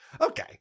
Okay